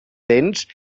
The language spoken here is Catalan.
dents